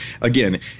Again